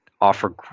offer